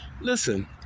listen